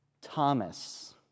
Thomas